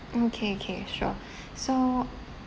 okay okay sure so